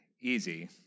easy